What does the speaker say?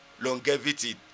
longevity